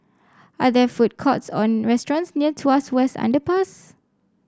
are there food courts or restaurants near Tuas West Underpass